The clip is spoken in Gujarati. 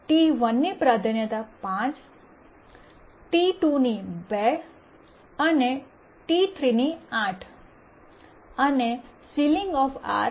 T1ની પ્રાધાન્યતા 5 T2ની 2 અને T3 ની 8 અને સીલીંગ 2